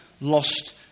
lost